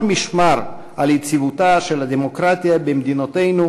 משמר על יציבותה של הדמוקרטיה במדינותינו,